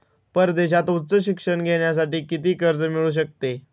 परदेशात उच्च शिक्षण घेण्यासाठी किती कर्ज मिळू शकते?